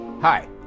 Hi